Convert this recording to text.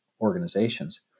organizations